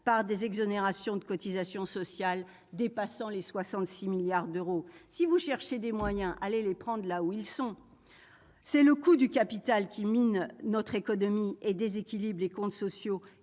travers d'exonérations de cotisations sociales, qui dépassent 66 milliards d'euros. Si vous cherchez des moyens, allez les prendre là où ils sont ; c'est le coût du capital qui mine notre économie et qui déséquilibre les comptes sociaux,